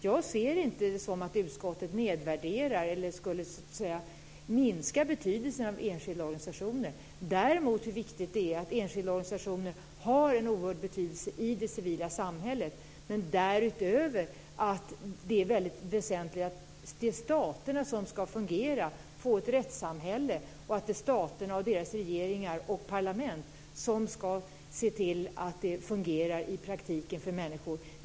Jag ser det inte som att utskottet nedvärderar eller minskar betydelsen av enskilda organisationer. Det handlar däremot om att enskilda organisationer har en oerhörd betydelse i det civila samhället men att det därutöver är väsentligt att det är staterna som ska fungera. Det handlar om att få ett rättssamhälle och om att det är staterna och deras regeringar och parlament som ska se till att det fungerar i praktiken för människor.